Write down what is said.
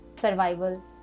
survival